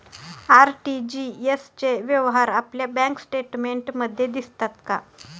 RTGS चे व्यवहार आपल्या बँक स्टेटमेंटमध्ये दिसतात का?